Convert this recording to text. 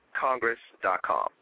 congress.com